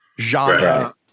genre